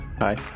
hi